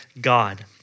God